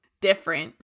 different